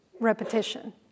Repetition